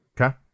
Okay